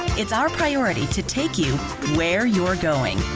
it's our priority to take you where you're going,